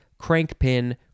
crankpin